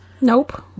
Nope